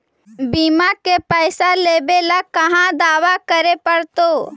बिमा के पैसा लेबे ल कहा दावा करे पड़तै?